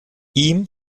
ihm